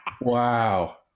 Wow